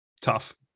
tough